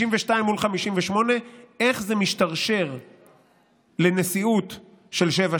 62 מול 58, איך זה משתרשר לנשיאות של 2:7?